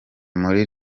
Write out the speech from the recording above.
muri